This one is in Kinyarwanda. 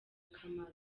akamaro